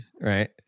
Right